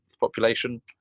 population